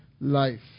life